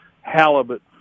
halibut